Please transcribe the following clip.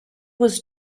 was